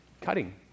cutting